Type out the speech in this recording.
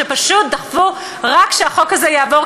שפשוט דחפו רק שהחוק הזה יעבור,